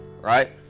right